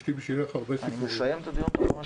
יש לי בשבילך הרבה סיפורים, גברתי